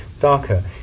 darker